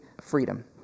freedom